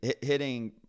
hitting